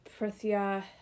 Prithia